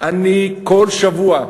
אני, כל שבוע,